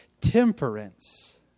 temperance